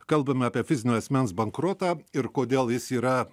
kalbame apie fizinio asmens bankrotą ir kodėl jis yra